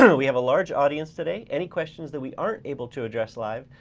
you know we have a large audience today. any questions that we aren't able to address live,